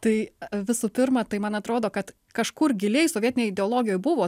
tai visų pirma tai man atrodo kad kažkur giliai sovietinėj ideologijoj buvo